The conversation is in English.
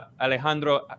Alejandro